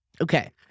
Okay